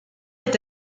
est